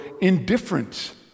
indifference